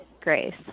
Grace